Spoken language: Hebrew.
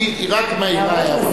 היא רק מעירה הערות.